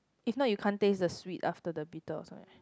if not you can't taste the sweet after the bitter's right